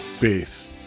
Peace